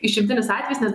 išimtinis atvejis nes